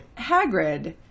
Hagrid